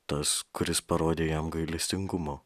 tas kuris parodė jam gailestingumo